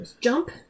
Jump